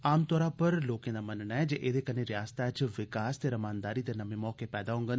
आम तौर उप्पर लोकें दा मन्नना ऐ जे एहदे कन्नै रिआसत च विकास ते रमानदारी दे नमें मौके पैदा होंगन